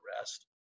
rest